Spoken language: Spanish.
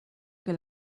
que